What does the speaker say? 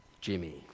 Jimmy